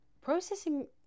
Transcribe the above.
processing